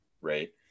right